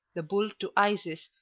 the bull to isis,